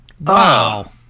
Wow